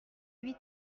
lui